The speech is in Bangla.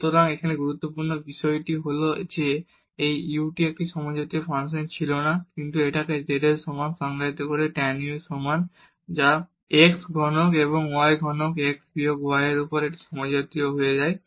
সুতরাং এখানে গুরুত্বপূর্ণ বিষয় হল যে এই u টি একটি সমজাতীয় ফাংশন ছিল না কিন্তু এটিকে z এর সমান সংজ্ঞায়িত করে tan u এর সমান যা x ঘনক এবং y ঘনক x বিয়োগ y এর উপর এটি সমজাতীয় হয়ে যায়